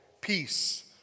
peace